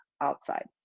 outside